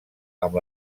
amb